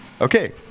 okay